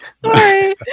sorry